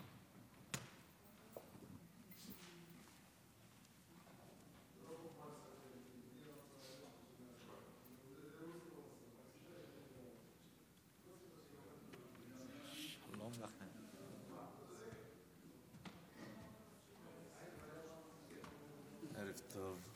ערב טוב.